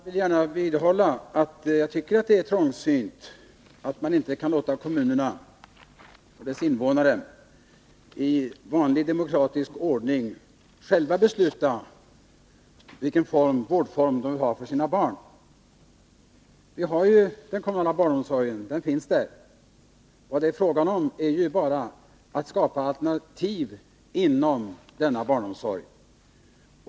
Herr talman! Jag vill gärna vidhålla att jag tycker det är trångsynt att inte kunna låta kommunerna och deras invånare i vanlig demokratisk ordning själva besluta om vårdform för de egna barnen. Den kommunala barnomsorgen finns ju där. Men vad det gäller här är att skapa alternativ inom barnomsorgen.